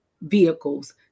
vehicles